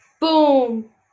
Boom